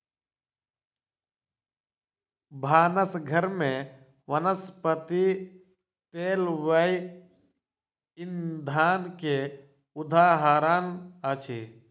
भानस घर में वनस्पति तेल जैव ईंधन के उदाहरण अछि